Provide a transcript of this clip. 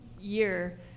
year